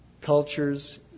Cultures